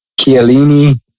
Chiellini